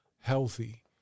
healthy